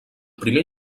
primer